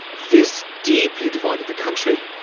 this deeply divided the country.